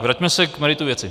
Vraťme se k meritu věci.